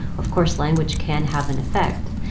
of course, language can have an effect.